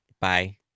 Bye